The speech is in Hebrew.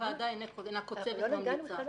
הוועדה אינה קוצבת, אלא ממליצה.